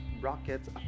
rockets